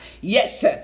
Yes